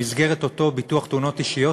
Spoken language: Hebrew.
במסגרת אותו ביטוח תאונות אישיות,